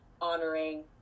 honoring